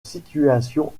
situation